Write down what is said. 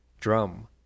drum